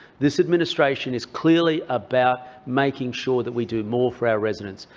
this administration is clearly about making sure that we do more for our residents,